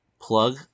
plug